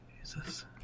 Jesus